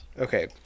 Okay